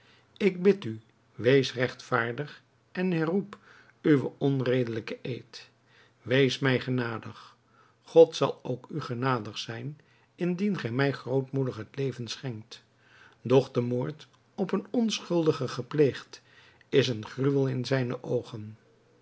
ik bid u wees regtvaardig en herroep uwen onredelijken eed wees mij genadig god zal ook u genadig zijn indien gij mij grootmoedig het leven schenkt doch de moord op een onschuldige gepleegd is een gruwel in zijne oogen